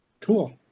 Cool